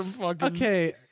Okay